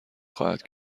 خواهد